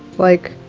like,